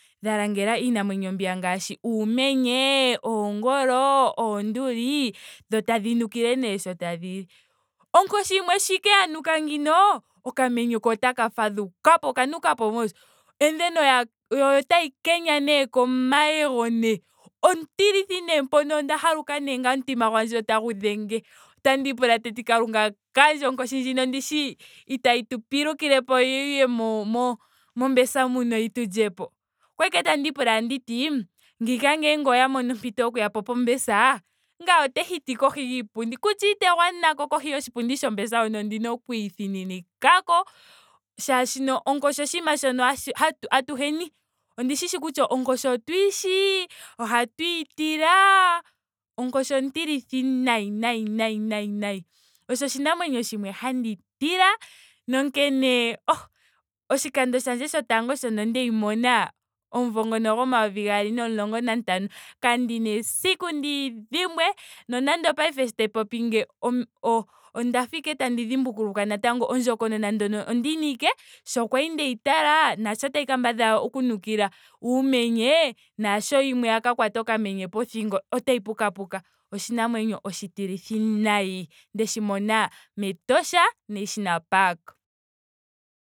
Dha langela iinamwenyo mbiya ngaashi uumenye. oongolo. oonduli. sho tadhi yi nukile sho tadhi nu. Onkoshi yimwe sho ashike ya nuka ngeyi. okamenye ko otaka fadhukapo. oka nukapo mos. And then oya- yo otayi kenya nee komayego nee. Ontilithi nee mpono onda haluka nee ngame omutima gwandje otagu dhenge. tandii pula teti kalunga kandje onkoshi ndjino ndishi itayi tu pulukilepo yo yiye mo- mo mobus muno yitu lyepo. Okwali ashike tandiipula tanditi ngiika ngele oya mono ompito yokuyapo po bus ngame ote hiti kohi yiipundi. kutya ite gwanako kohi yoshipundi shobus ondina oku ithininika ko molwaashoka onkoshi oshinima shoka hashi hatu atuhe. ondishishi kutya onkoshi otu yishi. ohatuyi tila. onkoshi ontilithi nayi nayi nayi nayi. Osho oshinamwenyo shimwe handi tila. nonkene oh. oshikando shandje shotango shono ndeyi mona. omumvo ngono gomayovi gaali nomulongo nantano kandina esiku ndiyi dhimbwe. nonando opaife sho te popi ngeyi. o- o- onda fa ashike tandi dhimbulukwa ondjokonona ndjoka ondi yina ashike sho kwali ndeyi tala. naasho tayi kambadhala oku nukila uumenye. naasho yimwe ya ka kwata okamenye pothingo etayi puka puka. Oshinamwenyo oshitilithi nayi ndeshi mona metosha national park.